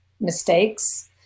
mistakes